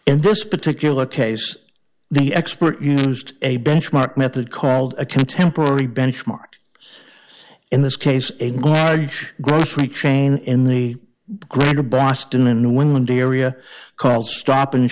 in this particular case the expert used a benchmark method called a contemporary benchmark in this case a gorge grocery chain in the group boston and new england area called stop and